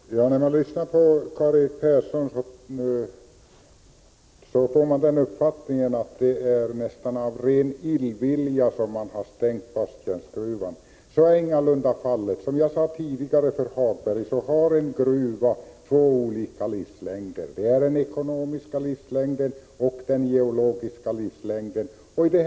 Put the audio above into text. Herr talman! När man lyssnar till Karl-Erik Persson, får man nästan uppfattningen att det var av ren illvilja som Basttjärnsgruvan stängdes. Så är ingalunda fallet. Som jag sade tidigare, har en gruva två olika livslängder, den ekonomiska livslängden och den geologiska livslängden.